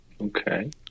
Okay